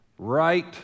Right